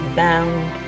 bound